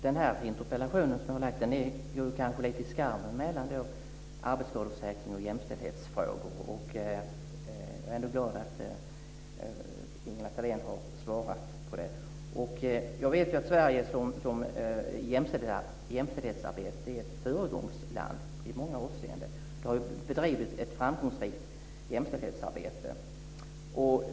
Den här interpellationen går kanske i skarven mellan arbetsskadeförsäkring och jämställdhetsfrågor, och jag är glad att Ingela Thalén har svarat på den. Jag vet att Sverige i många avseenden är ett föregångsland i jämställdhetsarbetet. Det har bedrivits ett framgångsrikt jämställdhetsarbete.